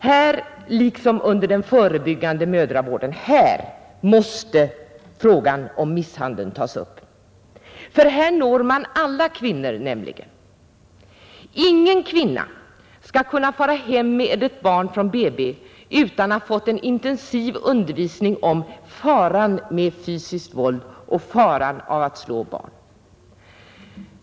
Här, liksom under den förebyggande mödravården, just här måste frågan om misshandeln tas upp. Här når man nämligen alla kvinnor. Ingen kvinna skall kunna fara hem med ett barn från BB utan att ha fått en intensiv undervisning om faran med fysiskt våld och faran av att slå barn.